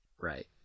right